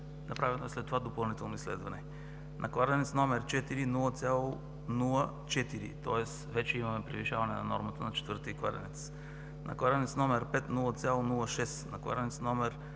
направено е след това допълнително изследване; на кладенец № 4 – 0,04, тоест вече имаме превишаване на нормата на четвъртия кладенец; на кладенец № 5 – 0,06; на кладенец №